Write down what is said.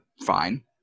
fine